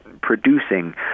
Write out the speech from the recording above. producing